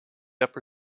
upper